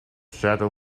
shadow